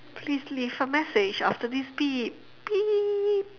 please leave a message after this beep beep